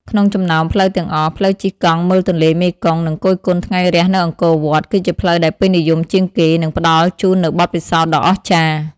ក្នុងចំណោមផ្លូវទាំងអស់ ផ្លូវជិះកង់មើលទន្លេមេគង្គ និងគយគន់ថ្ងៃរះនៅអង្គរវត្ត គឺជាផ្លូវដែលពេញនិយមជាងគេ និងផ្ដល់ជូននូវបទពិសោធន៍ដ៏អស្ចារ្យ។